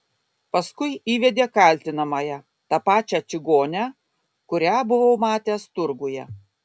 paskui įvedė kaltinamąją tą pačią čigonę kurią buvau matęs turguje